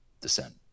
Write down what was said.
descent